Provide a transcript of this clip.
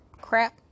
crap